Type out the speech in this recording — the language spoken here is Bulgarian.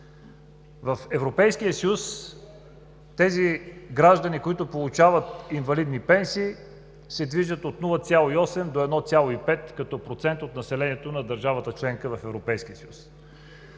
В Европейския съюз тези граждани, които получават инвалидни пенсии се движат от 0,8 до 1,5 като процент от населението на държавата – членка на Европейския съюз.